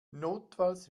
notfalls